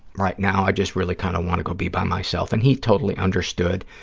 right now, i just really kind of want to go be by myself. and he totally understood.